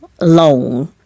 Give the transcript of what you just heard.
loan